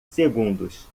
segundos